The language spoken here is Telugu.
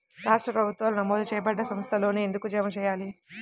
రాష్ట్ర ప్రభుత్వాలు నమోదు చేయబడ్డ సంస్థలలోనే ఎందుకు జమ చెయ్యాలి?